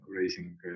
raising